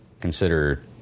consider